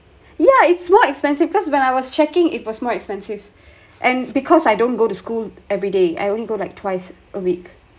yeah it's more expensive because when I was checking it was more expensive and because I don't go to school everyday I only go like twice a week